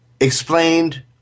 explained